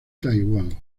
taiwán